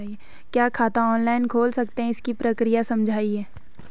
क्या खाता ऑनलाइन खोल सकते हैं इसकी प्रक्रिया समझाइए?